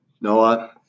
Noah